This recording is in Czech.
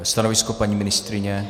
Stanovisko paní ministryně?